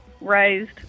raised